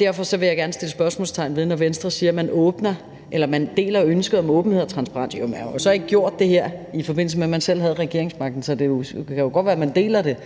Derfor vil jeg gerne sætte spørgsmålstegn ved det, når Venstre ordfører siger, at man deler ønsket om åbenhed og transparens, for man har jo så ikke gjort det her, i forbindelse med at man selv havde regeringsmagten. Så det kan godt være, at man deler det,